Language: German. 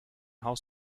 haus